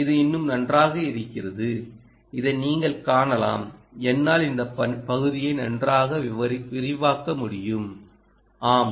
இது இன்னும் நன்றாக இருக்கிறது இதை நீங்கள் காணலாம்என்னால் இந்த பகுதியை நன்றாக விரிவாக்க முடியும் ஆம்